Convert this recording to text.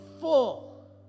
full